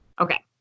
Okay